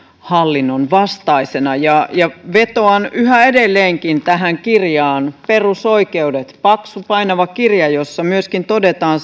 hallinnon vastaisena vetoan yhä edelleenkin tähän kirjaan perusoikeudet paksu painava kirja jossa myöskin todetaan